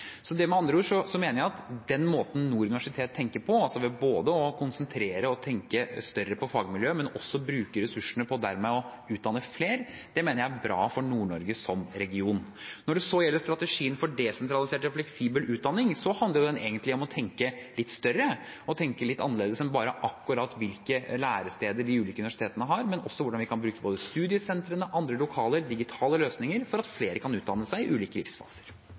Med andre ord: Den måten Nord universitet tenker på, altså ved å konsentrere og tenke større på fagmiljø, men også bruke ressursene på dermed å utdanne flere, mener jeg er bra for Nord-Norge som region. Når det så gjelder strategien for desentralisert og fleksibel utdanning, handler den egentlig om å tenke litt større og litt annerledes enn bare akkurat hvilke læresteder de ulike universitetene har, men også hvordan vi kan bruke både studiesentrene, andre lokaler og digitale løsninger for at flere kan utdanne seg i ulike livsfaser.